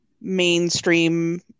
mainstream